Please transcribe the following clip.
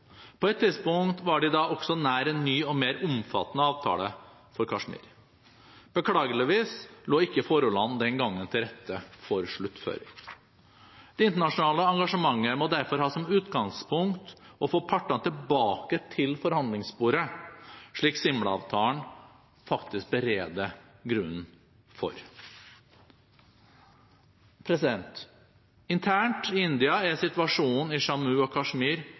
På et tidspunkt var de da også nær en ny og mer omfattende avtale for Kashmir. Beklageligvis lå ikke forholdene den gangen til rette for sluttføring. Det internasjonale engasjementet må derfor ha som utgangspunkt å få partene tilbake til forhandlingsbordet, slik Simla-avtalen faktisk bereder grunnen for. Internt i India er situasjonen i Jammu og Kashmir